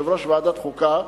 יושב-ראש ועדת החוקה,